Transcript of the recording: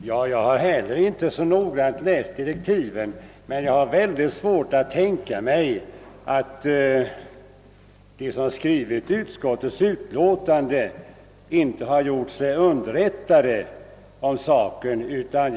Herr talman! Jag har inte heller läst direktiven, men jag har väldigt svårt att tänka mig att de som skrivit utskottets utlåtande inte har gjort sig underrättade om sakförhållandet.